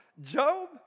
Job